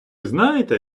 знаєте